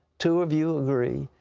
two of you agree.